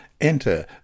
enter